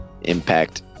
impact